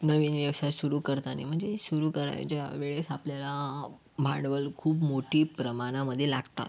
नवीन व्यवसाय सुरु करताना म्हणजे सुरु करायच्या वेळेस आपल्याला भांडवल खूप मोठ्या प्रमाणामध्ये लागतात